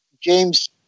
James